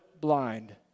blind